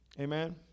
Amen